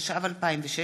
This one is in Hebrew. התשע"ו 2016,